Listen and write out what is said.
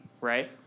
right